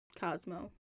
Cosmo